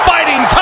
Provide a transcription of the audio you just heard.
Fighting